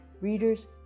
Readers